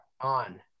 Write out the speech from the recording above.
on